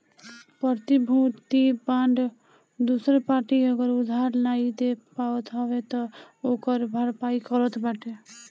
प्रतिभूति बांड दूसर पार्टी अगर उधार नाइ दे पावत हवे तअ ओकर भरपाई करत बाटे